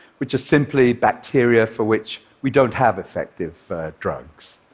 which is simply bacteria for which we don't have effective drugs.